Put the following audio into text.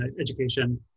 education